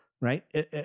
right